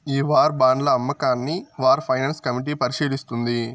ఈ వార్ బాండ్ల అమ్మకాన్ని వార్ ఫైనాన్స్ కమిటీ పరిశీలిస్తుంది